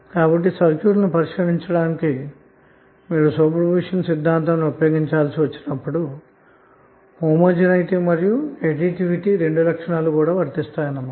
కాబట్టిసర్క్యూట్ను పరిష్కరించడానికి మీరు సూపర్పొజిషన్ సిద్ధాంతాన్ని ఉపయోగించాల్సి వచ్చినప్పుడు సజాతీయత మరియు సంకలితం రెండు లక్షణాలు వర్తింప చేయాలి అన్న మాట